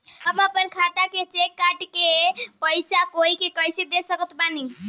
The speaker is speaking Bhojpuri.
हम अपना खाता से चेक काट के पैसा कोई के कैसे दे सकत बानी?